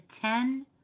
ten